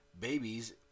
babies